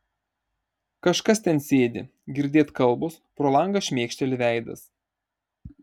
kažkas ten sėdi girdėt kalbos pro langą šmėkšteli veidas